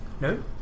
No